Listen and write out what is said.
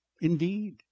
indeed